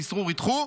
ניסרו וריתכו,